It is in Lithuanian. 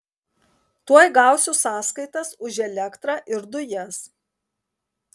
tuoj gausiu sąskaitas už elektrą ir dujas